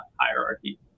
hierarchy